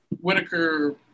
Whitaker